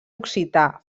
occità